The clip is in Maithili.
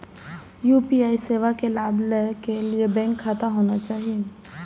यू.पी.आई सेवा के लाभ लै के लिए बैंक खाता होना चाहि?